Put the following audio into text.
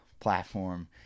platform